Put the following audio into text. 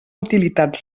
utilitat